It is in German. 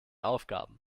aufgaben